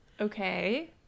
Okay